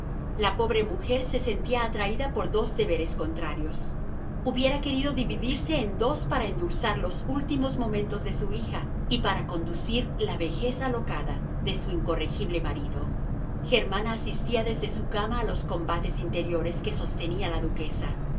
la pobre mujer se sentía atraída por dos deberes contrarios hubiera querido dividirse en dos para endulzar los últimos momentos de su hija y para conducir la vejez alocada de su incorregible marido germana asistía desde su cama a los combates interiores que sostenía la duquesa